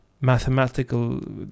mathematical